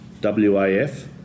WAF